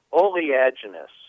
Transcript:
oleaginous